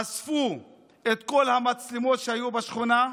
אספו את כל המצלמות שהיו בשכונה,